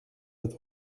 het